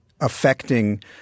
affecting